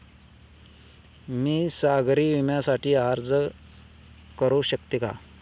मी सागरी विम्यासाठी अर्ज करू शकते का?